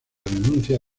renuncia